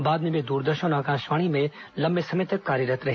बाद वे द्रदर्शन और आकाशवाणी में लंबे समय तक कार्यरत् रहे